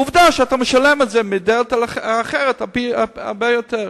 עובדה שאתה משלם את זה מדלת אחרת, הרבה יותר.